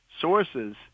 sources